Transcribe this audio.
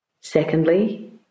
secondly